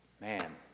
Man